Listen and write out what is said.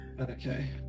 okay